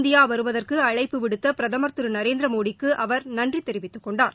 India வருவதற்கு அழைப்பு விடுத்த பிரதமர் திரு நரேந்திர மோடிக்கு அவர் நன்றி தெரிவித்துக்கொண்டார்